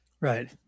Right